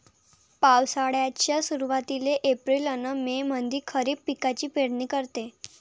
पावसाळ्याच्या सुरुवातीले एप्रिल अन मे मंधी खरीप पिकाची पेरनी करते